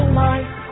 life